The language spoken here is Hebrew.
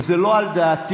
זה לא על דעתי.